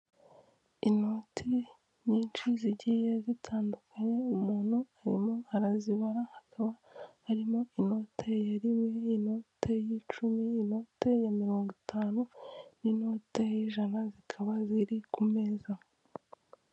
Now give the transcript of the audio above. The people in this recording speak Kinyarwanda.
Inoti nyinshi zigiye zitandukanyekanya umuntu arimo arazibara, hakaba arimo inota yari rimwe, inote y'icumi, inote ya mirongo itanu n'inote y'ijana zikaba ziri ku meza.